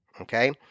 Okay